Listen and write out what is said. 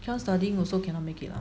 keep on studying also cannot make it lah